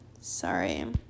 sorry